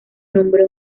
nombró